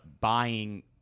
buying